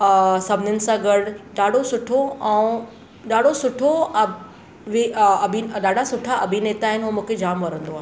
सभिनीनि सां गॾु ॾाढो सुठो ऐं ॾाढो सुठो अभिन ॾाढा सुठा अभिनेता आहिनि हू मूंखे जामु वणंदो आहे